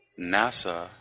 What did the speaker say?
NASA